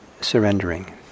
surrendering